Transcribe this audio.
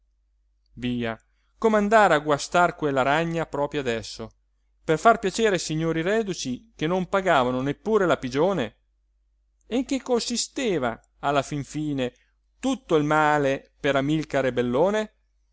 via come andare a guastar quella ragna proprio adesso per far piacere ai signori reduci che non pagavano neppure la pigione e in che consisteva alla fin fine tutto il male per amilcare bellone